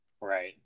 right